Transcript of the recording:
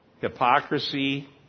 Hypocrisy